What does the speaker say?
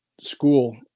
school